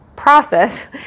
Process